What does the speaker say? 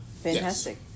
fantastic